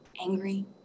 angry